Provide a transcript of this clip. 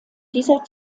dieser